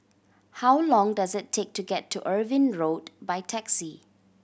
how long does it take to get to Irving Road by taxi